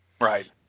Right